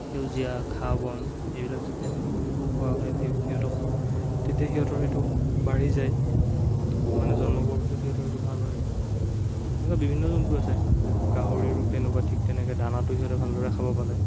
সেউজীয়া ঘাঁহ বন সেইবিলাক যেতিয়া আমি খোৱা দিওঁ সিহঁতক তেতিয়া সিহঁতৰ সেইটো বাঢ়ি যায় মানে জন্ম পোৱাৰ পিছত সিহঁতৰ সেইটো ভাল হয় এনেকুৱা বিভিন্ন জন্তু আছে গাহৰিৰো তেনেকুৱা ঠিক তেনেকৈ দানাটো সিহঁতে ভালদৰে খাব পালে